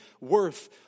worth